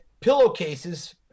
pillowcases